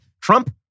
Trump